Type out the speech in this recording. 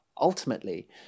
ultimately